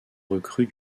recrue